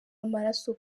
amaraso